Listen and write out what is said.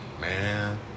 Man